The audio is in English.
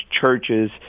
churches